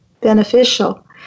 beneficial